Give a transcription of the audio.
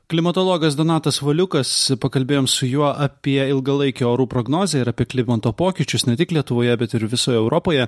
klimatologas donatas valiukas pakalbėjom su juo apie ilgalaikę orų prognozę ir apie klimato pokyčius ne tik lietuvoje bet ir visoje europoje